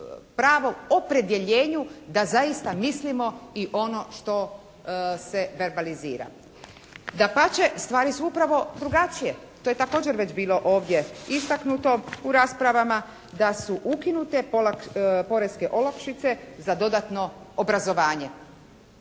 pravom opredjeljenju da zaista mislimo i ono što se verbalizira. Dapače, stvari su upravo drugačije. To je također već bilo ovdje istaknuto u raspravama, da su ukinute poreske olakšice za dodatno obrazovanje.